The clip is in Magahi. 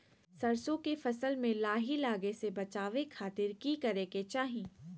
सरसों के फसल में लाही लगे से बचावे खातिर की करे के चाही?